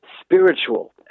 spiritual